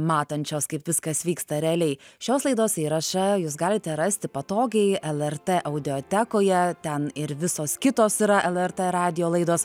matančios kaip viskas vyksta realiai šios laidos įrašą jūs galite rasti patogiai lrt audiotekoje ten ir visos kitos yra lrt radijo laidos